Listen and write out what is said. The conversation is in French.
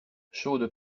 chaude